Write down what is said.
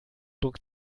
druck